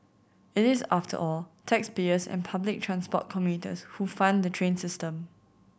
it is after all taxpayers and public transport commuters who fund the train system